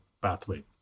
pathway